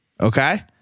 Okay